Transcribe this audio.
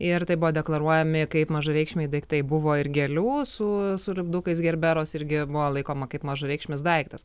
ir tai buvo deklaruojami kaip mažareikšmiai daiktai buvo ir gėlių su su lipdukais gerberos irgi buvo laikoma kaip mažareikšmis daiktas